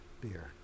Beer